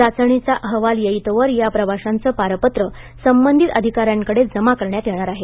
चाचणी चा अहवाल येईतोवर या प्रवाशांचं पारपत्र संबंधित अधिकाऱ्यांकडे जमा करण्यात येणार आहे